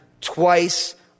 twice